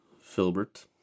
Filbert